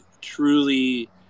truly